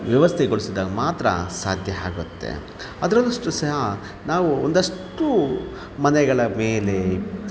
ವ್ಯವಸ್ಥೆಗೊಳಿಸಿದಾಗ ಮಾತ್ರ ಸಾಧ್ಯ ಆಗುತ್ತೆ ಅದರಲ್ಲಷ್ಟು ಸಹ ನಾವು ಒಂದಷ್ಟು ಮನೆಗಳ ಮೇಲೆ